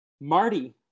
Marty